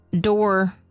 door